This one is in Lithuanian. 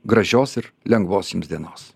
gražios ir lengvos jums dienos